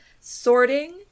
sorting